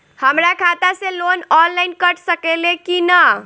हमरा खाता से लोन ऑनलाइन कट सकले कि न?